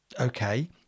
okay